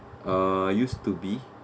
uh used to be